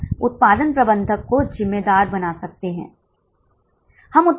तो आपको एहसास होगा कि यह सिर्फ एक बस है तो निर्धारित लागत 17756 है और बीईपी 45 है